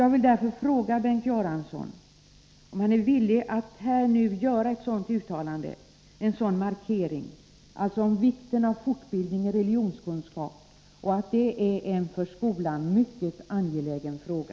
Jag vill därför fråga Bengt Göransson om han är villig att här göra ett sådant uttalande — en sådan markering — om vikten av fortbildning i religionskunskap och om att detta är en för skolan mycket angelägen fråga.